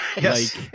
Yes